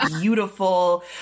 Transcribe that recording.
beautiful